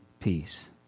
peace